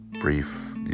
brief